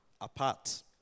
apart